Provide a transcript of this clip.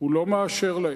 הוא לא מאשר להם,